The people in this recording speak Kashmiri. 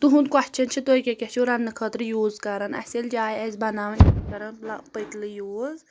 تُہُنٛد کوسچن چھِ تُہۍ کیٛاہ کیاہ چھِو رَننہٕ خٲطرٕ یوٗز کَران اَسہِ ییٚلہِ جاے آسہِ بَناوٕنۍ أسۍ کَران پٔتلہٕ یوٗز